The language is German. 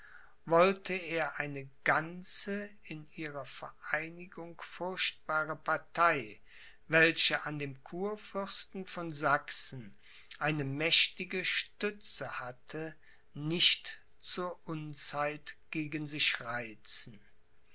wollte er eine ganze in ihrer vereinigung furchtbare partei welche an dem kurfürsten von sachsen eine mächtige stütze hatte nicht zur unzeit gegen sich reizen